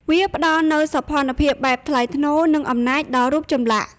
វាផ្តល់នូវសោភ័ណភាពបែបថ្លៃថ្នូរ និងអំណាចដល់រូបចម្លាក់។